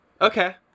okay